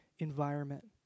environment